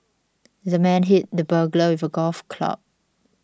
the man hit the burglar with a golf club